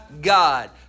God